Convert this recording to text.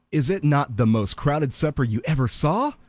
is it not the most crowded supper you ever saw?